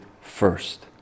first